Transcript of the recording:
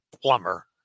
plumber